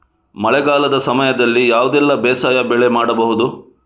ಮಳೆಗಾಲದ ಸಮಯದಲ್ಲಿ ಯಾವುದೆಲ್ಲ ಬೇಸಾಯ ಬೆಳೆ ಮಾಡಬಹುದು?